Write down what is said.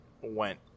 went